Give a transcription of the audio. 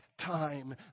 Time